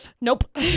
nope